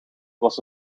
was